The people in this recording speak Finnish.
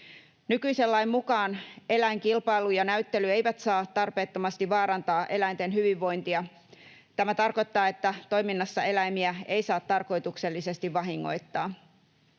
Nykyisen lain mukaan eläinkilpailu ja ‑näyttely eivät saa tarpeettomasti vaarantaa eläinten hyvinvointia. Tämä tarkoittaa, että toiminnassa eläimiä ei saa tarkoituksellisesti vahingoittaa.